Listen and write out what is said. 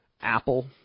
Apple